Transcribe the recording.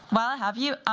while i have you,